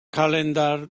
calendar